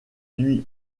lui